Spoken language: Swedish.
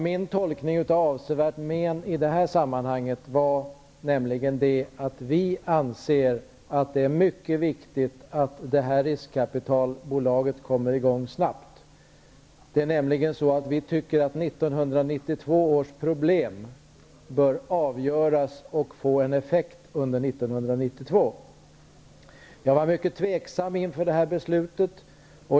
Min tolkning av avsevärt men i det här sammanhanget gäller det att vi anser att det är mycket viktigt att detta riskkapitalbolag kommer i gång snabbt. Vi tycker att 1992 års problem bör avgöras och få en effekt under 1992. Jag var mycket tveksam inför det här beslutet.